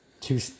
two